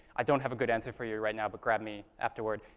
i don't have a good answer for you right now, but grab me afterward.